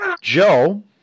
Joe